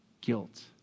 guilt